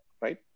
right